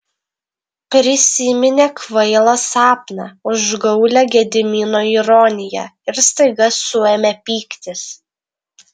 prisiminė kvailą sapną užgaulią gedimino ironiją ir staiga suėmė pyktis